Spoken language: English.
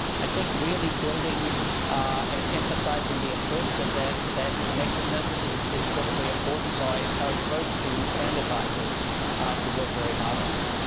i think really building and emphasizing the importance of that that connectedness is is critically important. so i encourage both students and advisors to work very hard on that.